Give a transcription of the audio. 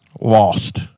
Lost